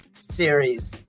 series